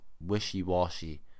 wishy-washy